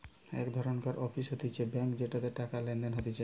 এক ধরণকার অফিস হতিছে ব্যাঙ্ক যেটাতে টাকা লেনদেন হতিছে